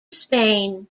spain